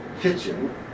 kitchen